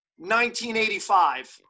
1985